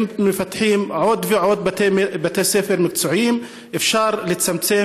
אם מפתחים עוד ועוד בתי ספר מקצועיים אפשר לצמצם